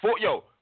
Yo